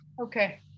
Okay